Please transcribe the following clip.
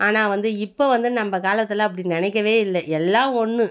ஆனால் வந்து இப்போ வந்து நம்ம காலத்தில் அப்படி நினக்கவே இல்லை எல்லாம் ஒன்று